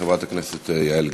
חברת הכנסת יעל גרמן,